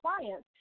clients